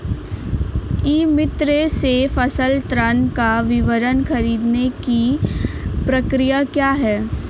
ई मित्र से फसल ऋण का विवरण ख़रीदने की प्रक्रिया क्या है?